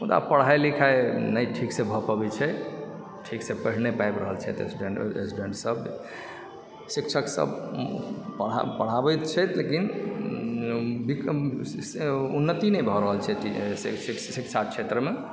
मुदा पढ़ाइ लिखाइ नहि ठीकसँ भऽ पबैत छै ठीकसँ पढ़ि नहि पाबि रहल छथि स्टुडेन्ट सभ शिक्षक सभ पढ़ाबति छथि लेकिन उन्नति नहि भऽ रहल छै शिक्षाक क्षेत्रमे